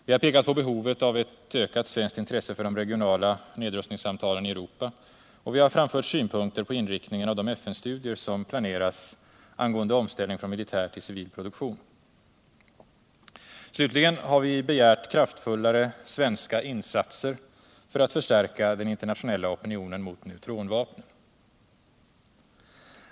Vi har pekat på behovet av ett ökat svenskt intresse för de regionala nedrustningssamtalen i Europa, och vi har framfört synpunkter på inriktningen av de FN-studier som planeras angående omställning från militär till civil produktion. Slutligen har vi begärt kraftfullare svenska insatser för att förstärka den internationella opinionen mot neutronvapnen.